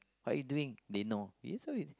what you doing they know it's so is